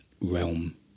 realm